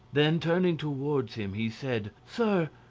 then, turning towards him, he said sir,